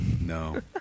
no